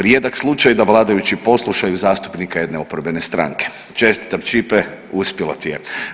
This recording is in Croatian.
Rijedak slučaj da vladajući poslušaju zastupnika jedne oporbene stranke, čestitam Ćipe, uspjelo ti je.